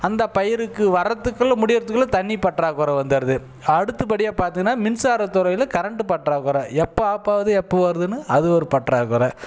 அந்தப் பயிருக்கு வர்றதுக்குள்ளே முடிகிறதுக்குள்ள தண்ணி பற்றாக்கொறை வந்துடுது அடுத்தபடியாக பார்த்திங்கன்னா மின்சாரத்துறையில் கரண்ட்டு பற்றாக்கொறை எப்போ ஆப் ஆகுது எப்போ வருதுன்னு அது ஒரு பற்றாக்கொறை